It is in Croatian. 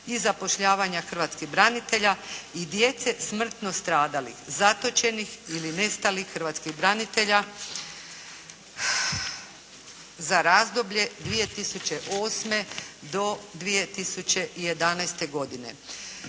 i zapošljavanja hrvatskih branitelja i djece smrtno stradalih, zatočenih ili nestalih hrvatskih branitelja za razdoblje 2008. do 2011. godine.